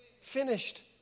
finished